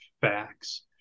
facts